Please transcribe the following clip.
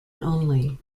only